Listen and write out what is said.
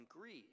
greed